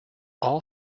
all